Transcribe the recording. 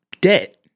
debt